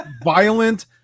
violent